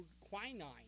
quinine